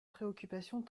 préoccupation